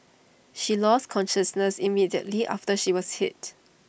she lost consciousness immediately after she was hit